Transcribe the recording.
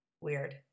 weird